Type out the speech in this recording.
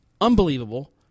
Unbelievable